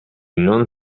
non